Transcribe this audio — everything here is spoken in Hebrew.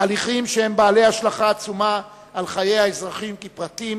הליכים שהם בעלי השלכה עצומה על חיי האזרחים כפרטים